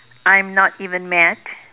I'm not even mad